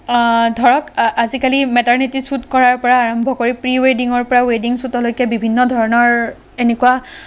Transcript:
ধৰক আজিকালি maternity shoot কৰাৰ পৰা আৰম্ভ কৰি প্ৰি ৱেডিঙৰ পৰা ৱেডিং চুটলৈকে বিভিন্ন ধৰণৰ এনেকুৱা